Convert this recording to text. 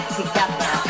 together